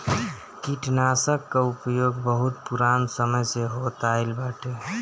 कीटनाशकन कअ उपयोग बहुत पुरान समय से होत आइल बाटे